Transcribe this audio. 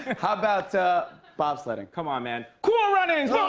how about bobsledding? come on, man. cool runnings. um